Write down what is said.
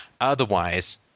Otherwise